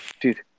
Dude